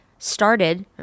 started